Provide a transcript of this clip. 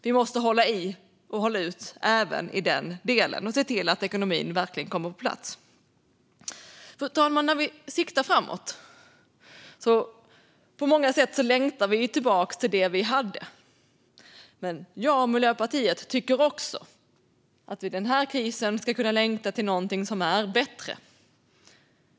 Vi måste hålla i och hålla ut även i den delen och se till att ekonomin verkligen kommer på plats. Fru talman! När vi siktar framåt längtar vi på många sätt tillbaka till det som vi hade. Men jag och Miljöpartiet tycker också att vi i denna kris ska kunna längta till någonting som är bättre.